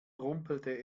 rumpelte